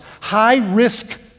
high-risk